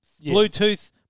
Bluetooth